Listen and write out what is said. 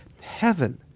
Heaven